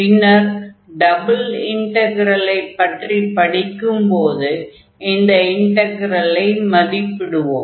பின்னர் டபுள் இன்டக்ரலை பற்றிப் படிக்கும் போது இந்த இன்டக்ரலை மதிப்பிடுவோம்